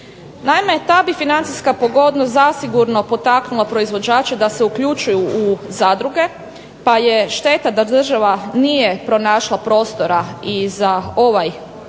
Naime, ta bi financijska pogodnost zasigurno potaknula proizvođače da se uključuju u zadruge pa je šteta da država nije pronašla prostora i za ovu